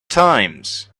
times